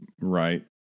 right